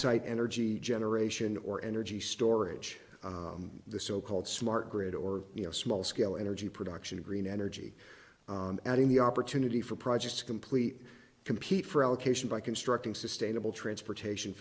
site energy generation or energy storage the so called smart grid or you know small scale energy production green energy out in the opportunity for projects to complete compete for allocation by constructing sustainable transportation